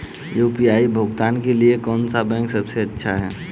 UPI भुगतान के लिए कौन सा बैंक सबसे अच्छा है?